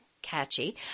catchy